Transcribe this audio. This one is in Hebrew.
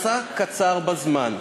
מסע קצר בזמן: